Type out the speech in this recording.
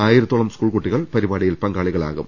ആയിരത്തോളം സ്കൂൾ കുട്ടികൾ പരിപാടിയിൽ പങ്കാളികളാകും